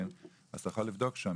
אז אתה יכול לבדוק שם.